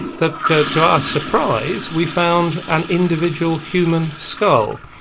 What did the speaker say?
that to to our surprise we found an individual human skull.